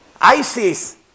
ISIS